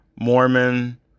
Mormon